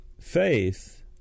Faith